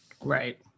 Right